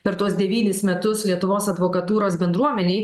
per tuos devynis metus lietuvos advokatūros bendruomenei